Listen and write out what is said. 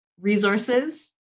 resources